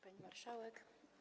Pani Marszałek!